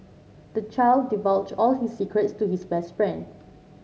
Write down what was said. the child divulged all his secrets to his best friend